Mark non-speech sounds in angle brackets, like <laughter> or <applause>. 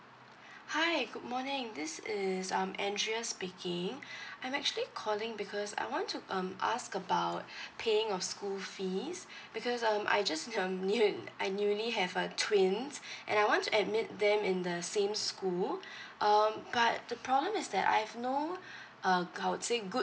hi good morning this is um andra speaking <breath> I'm actually calling because I want to um ask about <breath> paying of school fees because um I just um new I newly have a twins and I want to admit them in the same school <breath> um but the problem is that I have no uh I would say good